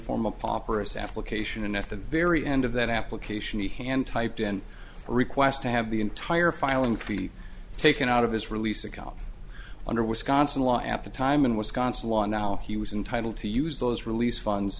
form a proper us application and method very end of that application to hand typed in a request to have the entire filing fee taken out of his release account under wisconsin law at the time in wisconsin law and now he was entitle to use those release funds